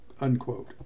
unquote